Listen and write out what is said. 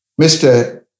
Mr